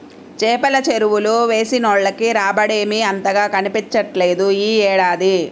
చేపల చెరువులు వేసినోళ్లకి రాబడేమీ అంతగా కనిపించట్లేదు యీ ఏడాది